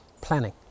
planning